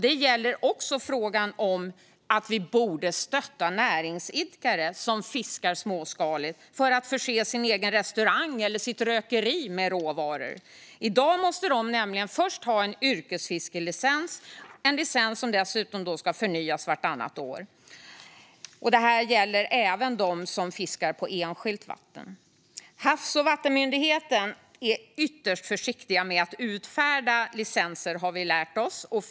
Det gäller också frågan om att vi borde stötta näringsidkare som fiskar småskaligt för att förse sin egen restaurang eller rökeri med råvaror. I dag måste de först ha en yrkesfiskelicens, och den ska dessutom förnyas vartannat år. Det gäller även dem som fiskar på enskilt vatten. Havs och vattenmyndigheten är ytterst försiktig med att utfärda licenser, har vi lärt oss.